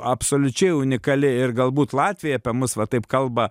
absoliučiai unikali ir galbūt latviai apie mus va taip kalba